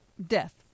death